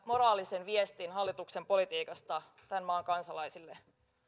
moraalisen viestin hallituksen politiikasta tämän maan kansalaisille arvoisa